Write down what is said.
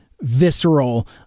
visceral